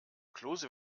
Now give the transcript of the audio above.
klose